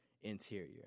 interior